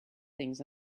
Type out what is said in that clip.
things